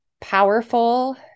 powerful